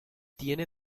tiene